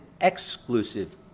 exclusive